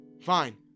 Fine